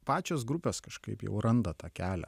pačios grupės kažkaip jau randa tą kelią